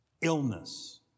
Illness